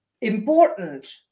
important